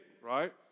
right